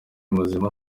muzima